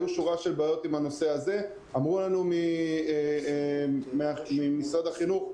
אמרו לנו ממשרד החינוך: